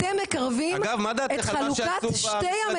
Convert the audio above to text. אתם מקרבים את חלוקת שתי המדינות.